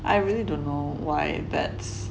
I really don't know why that's